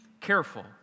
careful